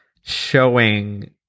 showing